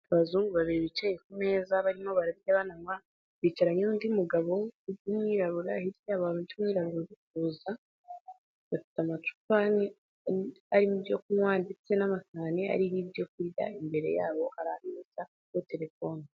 Abazungu babiri bicaye kumeza barimo bararya bananywa, bicaranye n'undi mugabo w'umwirabura hirya abantu bumweru barikuza bafite amacupa arimo ibyo kunywa ndetse n'amasahani ariho ibyo kurya imbere yabo hari telefone.